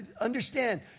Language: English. understand